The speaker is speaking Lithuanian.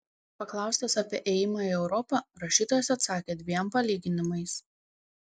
paklaustas apie ėjimą į europą rašytojas atsakė dviem palyginimais